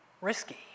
Risky